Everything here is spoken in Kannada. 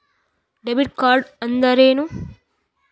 ಡೆಬಿಟ್ ಕಾರ್ಡ್ಅಂದರೇನು?